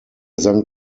sank